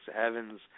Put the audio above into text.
heavens